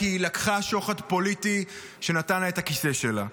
כי היא לקחה שוחד פוליטי שנתן לה את הכיסא שלה.